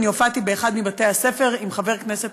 אני הופעתי באחד מבתי-הספר עם חבר כנסת